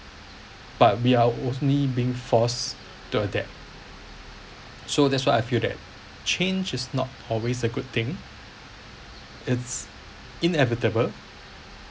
but we are only being forced to adapt so that's why I feel that change is not always a good thing it's inevitable